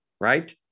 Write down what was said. right